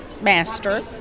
master